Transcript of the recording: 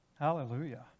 Hallelujah